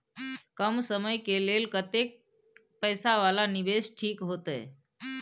कम समय के लेल कतेक पैसा वाला निवेश ठीक होते?